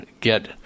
get